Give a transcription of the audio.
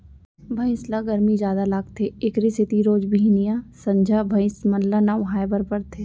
भइंस ल गरमी जादा लागथे एकरे सेती रोज बिहनियॉं, संझा भइंस मन ल नहवाए बर परथे